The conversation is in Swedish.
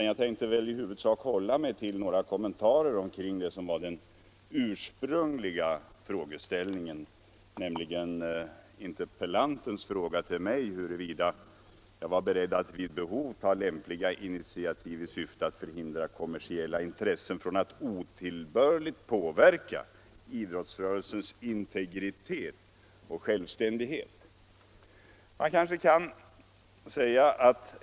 Jag skall i huvudsak hålla mig till några kommentarer kring det som var den ursprungliga frågeställningen, nämligen interpellantens fråga till mig huruvida jag var beredd att vid behov ta lämpliga initiativ i syfte att förhindra kommersiella intressen från att otillbörligt påverka idrottsrörelsens integritet och självständighet.